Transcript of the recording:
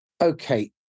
Okay